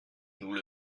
nous